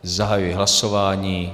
Zahajuji hlasování.